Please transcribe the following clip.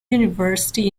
university